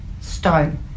stone